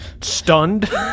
stunned